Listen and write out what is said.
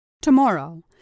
Tomorrow